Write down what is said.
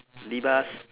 libas